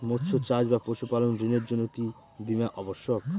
মৎস্য চাষ বা পশুপালন ঋণের জন্য কি বীমা অবশ্যক?